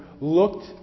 looked